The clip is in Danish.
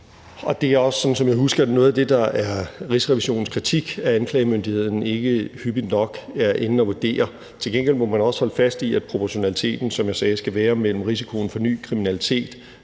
husker det, noget af det, der er Rigsrevisionens kritik, altså at anklagemyndigheden ikke hyppigt nok er inde og vurdere. Til gengæld må man også holde fast i, at proportionaliteten, som jeg sagde, skal være mellem risikoen for ny kriminalitet